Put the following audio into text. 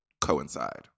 coincide